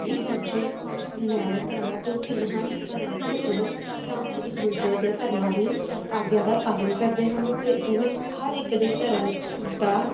ਇੱਕ ਦੂਜੇ ਨਾਲੋਂ ਧਰਮਾਂ ਤੋਂ ਭਿੰਨ ਹਨ ਪਰੰਤੂ ਉਹ ਤਾਂ ਵੀ ਇੱਕ ਦੂਜੇ ਦੇ ਧਰਮਾਂ ਦੀ ਆਗਿਆ ਦਾ ਪਾਲਨ ਕਰਦੇ ਹਨ ਅਤੇ ਉਹ ਹਰ ਇੱਕ ਦੇ ਧਰਮ ਦਾ